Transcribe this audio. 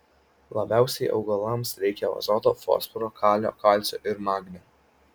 labiausiai augalams reikia azoto fosforo kalio kalcio ir magnio